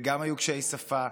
וגם היו קשיי שפה,